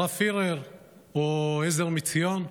הרב פירר או עזר מציון,